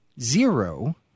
zero